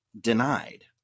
denied